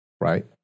right